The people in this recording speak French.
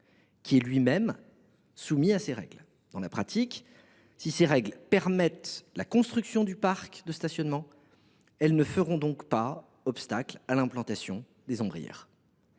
qui est lui même soumis à ces règles. Dans la pratique, si celles ci permettent la construction du parc de stationnement, elles ne feront pas obstacle à l’implantation des ombrières.